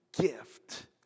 gift